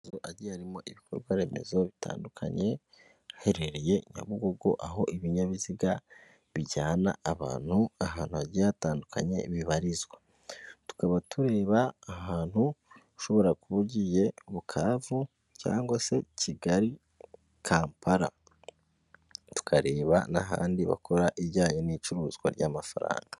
Ahantu hagiye harimo ibikorwa remezo bitandukanye, haherereye nyabugogo aho ibinyabiziga bijyana abantu ahantu hagiye hatandukanye bibarizwa. Tukaba tureba ahantu ushobora kuba ugiye Bukavu cyangwa se kigali kampala tukareba n'ahandi bakora ibijyanye n'icuruzwa ry'amafaranga.